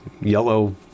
yellow